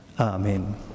Amen